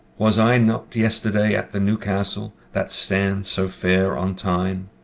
was i not yesterday at the newcastle, that stands so fair on tyne?